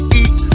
eat